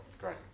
Great